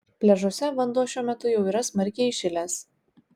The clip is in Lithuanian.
pliažuose vanduo šiuo metu jau yra smarkiai įšilęs